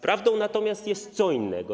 Prawdą natomiast jest co innego.